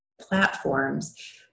platforms